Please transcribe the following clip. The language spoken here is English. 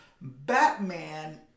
Batman